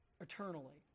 eternally